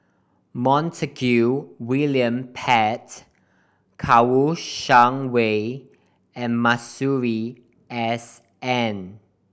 Montague William Pett Kouo Shang Wei and Masuri S N